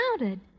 mounted